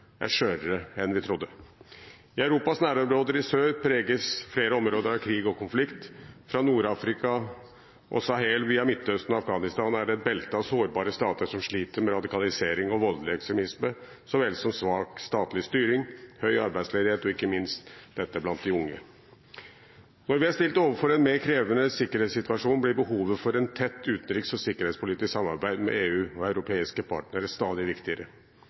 er skjørere enn vi trodde. I Europas nærområder i sør preges flere områder av krig og konflikt. Fra Nord-Afrika og Sahel via Midtøsten og Afghanistan er det et belte av sårbare stater som sliter med radikalisering og voldelig ekstremisme så vel som svak statlig styring, høy arbeidsledighet og ikke minst dette blant de unge. Når vi er stilt overfor en mer krevende sikkerhetssituasjon, blir behovet for et tett utenriks- og sikkerhetspolitisk samarbeid med EU og europeiske partnere stadig viktigere.